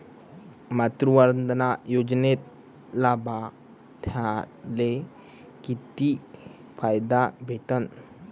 मातृवंदना योजनेत लाभार्थ्याले किती फायदा भेटन?